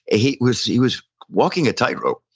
he was he was walking a tightrope.